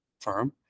firm